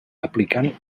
aplicant